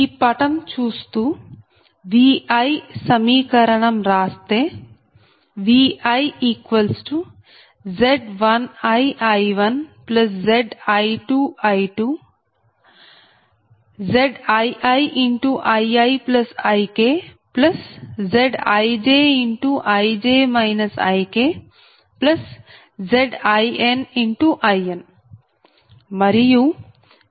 ఈ పటం చూస్తూ Vi సమీకరణం రాస్తే ViZ1iI1Zi2I2ZiiIiIkZijIj IkZinIn మరియు VjZbIkVi